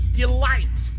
delight